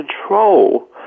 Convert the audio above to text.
control